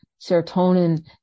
serotonin